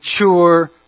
mature